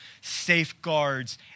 safeguards